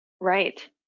Right